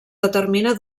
determina